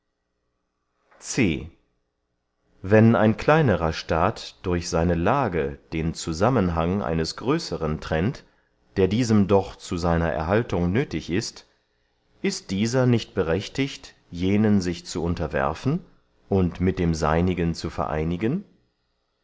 wenn ein kleinerer staat durch seine lage den zusammenhang eines größeren trennt der diesem doch zu seiner erhaltung nöthig ist ist dieser nicht berechtigt jenen sich zu unterwerfen und mit dem seinigen zu vereinigen